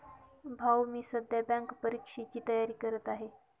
भाऊ मी सध्या बँक परीक्षेची तयारी करत आहे